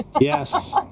Yes